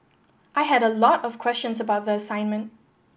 I had a lot of questions about the assignment